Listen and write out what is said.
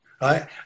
right